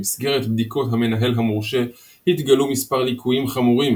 במסגרת בדיקות המנהל המורשה התגלו מספר ליקויים חמורים